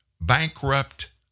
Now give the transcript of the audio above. Bankrupt